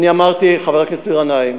אמרתי, חבר הכנסת גנאים: